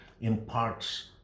imparts